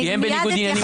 הם בניגוד עניינים מובהק.